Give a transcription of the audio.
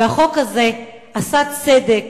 והחוק הזה עשה צדק